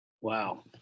wow